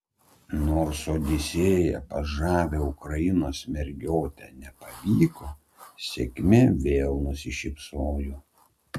nors odisėja pas žavią ukrainos mergiotę nepavyko sėkmė vėl nusišypsojo